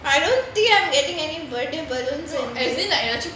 I don't think I'm getting any birthday balloons anyway